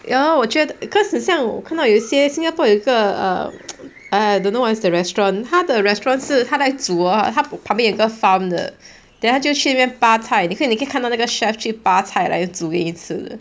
ya lor 我觉得 because 很像我看到有些新加坡有一个 err I don't know what is the restaurant 他的 restaurant 是他在煮它旁边有个 farm 的 then 他就去那边拔菜你可以看到那个 chef 去拔菜来煮给你吃